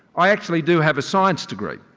i actually do have a science degree.